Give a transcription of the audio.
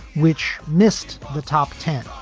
which missed the top ten,